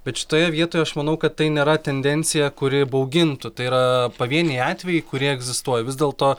bet šitoje vietoje aš manau kad tai nėra tendencija kuri baugintų tai yra pavieniai atvejai kurie egzistuoja vis dėlto